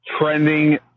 trending